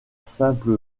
simple